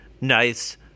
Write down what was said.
nice